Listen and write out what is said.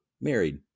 married